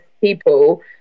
people